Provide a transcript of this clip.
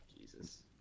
Jesus